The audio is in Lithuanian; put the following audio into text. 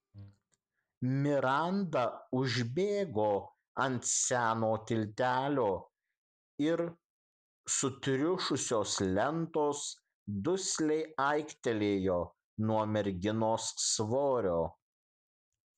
miranda užbėgo ant seno tiltelio ir sutriušusios lentos dusliai aiktelėjo nuo merginos svorio